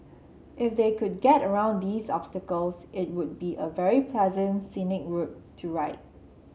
if they could get around these obstacles it would be a very pleasant scenic route to ride